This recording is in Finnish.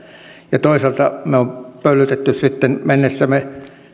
ja toisaalta me olemme pöllyttäneet mennessämme